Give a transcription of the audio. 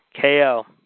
KO